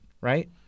right